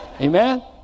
Amen